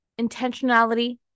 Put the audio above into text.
intentionality